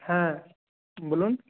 হ্যাঁ বলুন